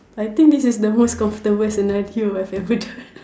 I think this is the most comfortable scenario I've ever done